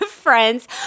friends